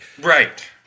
Right